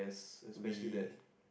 we